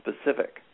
specific